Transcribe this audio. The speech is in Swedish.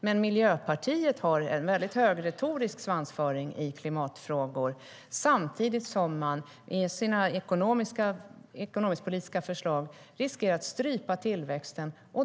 Men Miljöpartiet har en hög retorisk svansföring i klimatfrågor samtidigt som man med sina ekonomiskpolitiska förslag riskerar att strypa tillväxten.